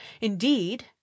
Indeed